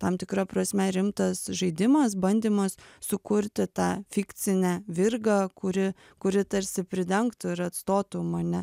tam tikra prasme rimtas žaidimas bandymas sukurti tą fikcinę virgą kuri kuri tarsi pridengtų ir atstotų mane